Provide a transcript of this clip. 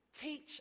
teach